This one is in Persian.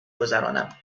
گذرانم